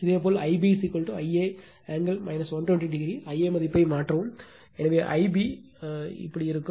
இதேபோல் Ib Ia angle 120o Ia மதிப்பை மாற்றவும் எனவே Ib இவ்வளவு இருக்கும்